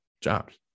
jobs